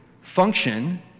function